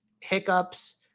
hiccups